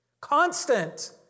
Constant